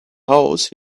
house